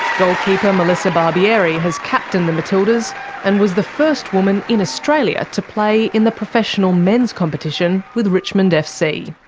goalkeeper melissa barbieri has captained the matildas and was the first woman in australia to play in the professional men's competition, with richmond fc.